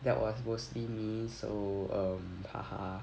that was mostly me so um 哈哈